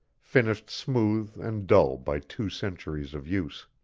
finished smooth and dull by two centuries of use.